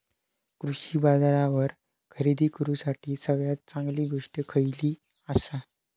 कृषी बाजारावर खरेदी करूसाठी सगळ्यात चांगली गोष्ट खैयली आसा?